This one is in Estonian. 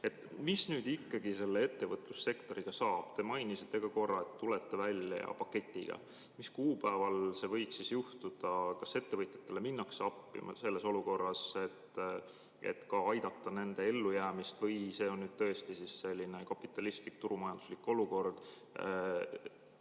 Mis nüüd ikkagi selle ettevõtlussektoriga saab? Te mainisite ka korra, et tulete välja paketiga. Mis kuupäeval see võiks siis juhtuda? Kas ettevõtjatele minnakse appi selles olukorras, et aidata nende ellujäämist, või see on tõesti selline kapitalistlik turumajanduslik olukord,